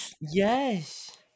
yes